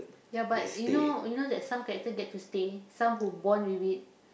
ya but you know you know that some character get to stay some who born with it